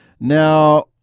Now